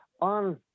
on